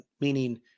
meaning